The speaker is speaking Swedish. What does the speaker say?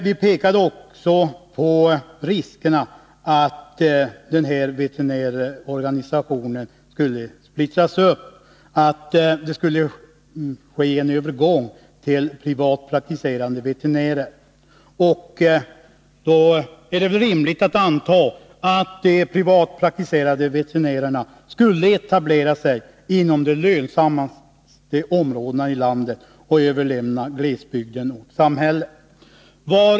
Vi visade också på riskerna att veterinärorganisationen skulle splittras upp och att det skulle ske en övergång till privatpraktiserande veterinärer. Det vore då rimligt att anta att de privatpraktiserande veterinärerna skulle etablera sig inom de lönsammaste områdena i landet och överlämna glesbygden åt samhället.